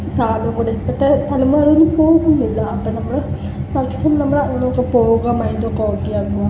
സാധ്യത കൂടെ ഇപ്പോഴത്തെ തലമുറ അവിടൊന്നും പോകുന്നില്ല അപ്പം നമ്മൾ മാക്സിമം നമ്മൾ അങ്ങനൊക്കെ പോകാം മൈൻഡ് ഒക്കെ ഓക്കേ ആക്കുക